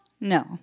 No